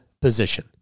position